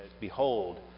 Behold